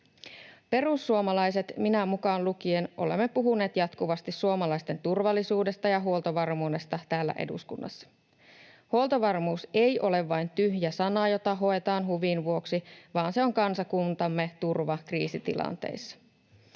Perussuomalaiset, minä mukaan lukien, olemme puhuneet jatkuvasti suomalaisten turvallisuudesta ja huoltovarmuudesta täällä eduskunnassa. Huoltovarmuus ei ole vain tyhjä sana, jota hoetaan huvin vuoksi, vaan se on kansakuntamme turva kriisitilanteissa.